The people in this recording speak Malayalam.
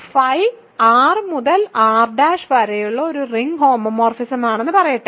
φ R മുതൽ R' വരെയുള്ള ഒരു റിംഗ് ഹോമോമോർഫിസമാണെന്ന് പറയട്ടെ